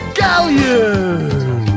galleon